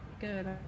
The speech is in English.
good